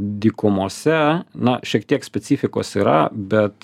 dykumose na šiek tiek specifikos yra bet